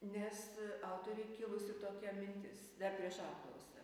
nes autorei kilusi tokia mintis dar prieš apklausą